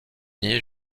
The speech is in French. ier